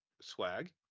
swag